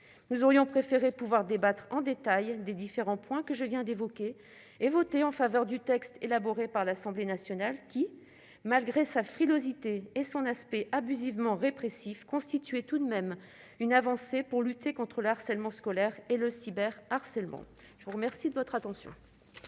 Il aurait préféré pouvoir débattre en détail des différents points que je viens d'évoquer et voter en faveur du texte élaboré par l'Assemblée nationale qui, malgré sa frilosité et son aspect abusivement répressif, constituait tout de même une avancée pour lutter contre le harcèlement scolaire et le cyberharcèlement. La parole est à Mme Nadège Havet.